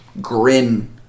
grin